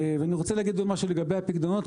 אני רוצה להגיד עוד משהו לגבי הפיקדונות,